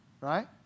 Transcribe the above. right